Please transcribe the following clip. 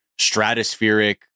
stratospheric